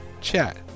Chat